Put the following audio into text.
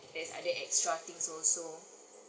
there's other extra things also